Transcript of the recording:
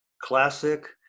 classic